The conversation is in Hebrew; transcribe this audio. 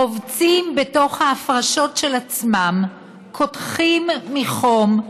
רובצים בתוך ההפרשות של עצמם, קודחים מחום,